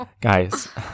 Guys